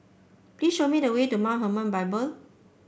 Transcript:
please show me the way to Mount Hermon Bible